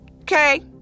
Okay